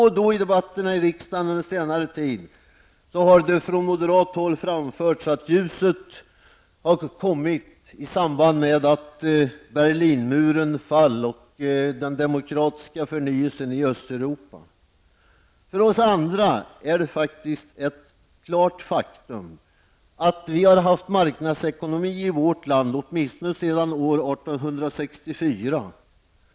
Under senare tid har det då och då i debatterna i riksdagen från moderat håll framförts att ljuset har kommit i samband med att Berlinmuren föll och att man fått en demokratisk förnyelse i Östeuropa. För oss andra är det ett faktum att vi har haft marknadsekonomi i vårt land åtminstone sedan år 1864.